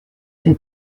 fait